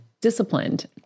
disciplined